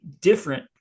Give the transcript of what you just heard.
different